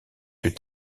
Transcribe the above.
plus